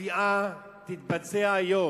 הקביעה תתבצע היום,